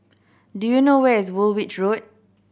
do you know where is Woolwich Road